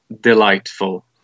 delightful